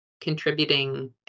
contributing